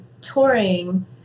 touring